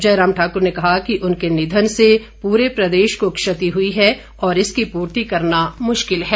जयराम ठाकुर ने कहा कि उनके निधन से पूरे प्रदेश को क्षति हुई है और इसकी पूर्ति करना मुश्किल है